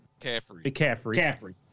McCaffrey